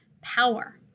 power